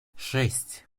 шесть